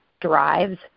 drives